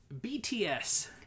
BTS